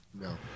No